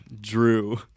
Drew